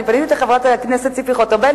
אני פניתי אל חברת הכנסת ציפי חוטובלי